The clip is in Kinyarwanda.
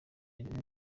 umwe